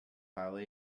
ballet